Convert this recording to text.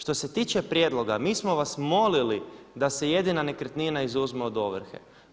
Što se tiče prijedloga mi smo vas molili da se jedina nekretnina izuzme od ovrhe.